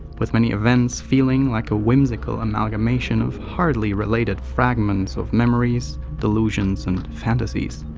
with many events feeling like a whimsical amalgamation of hardly related fragments of memories, delusions and fantasies.